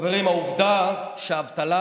חברים, העובדה שהאבטלה